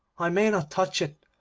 i may not touch it.